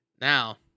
Now